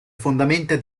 fondamenta